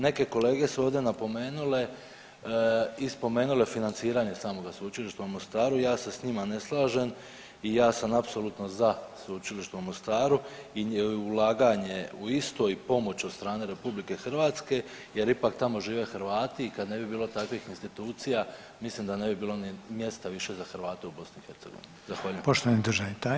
Neke kolege su ovdje napomenule i spomenule financiranje samoga Sveučilišta u Mostaru, ja se s njima ne slažem i ja sam apsolutno za Sveučilište u Mostaru i ulaganje u isto i pomoć od strane RH jer ipak tamo žive Hrvati i kad ne bi bilo takvih institucija mislim da ne bi bilo ni mjesta više za Hrvate u BiH.